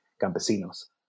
campesinos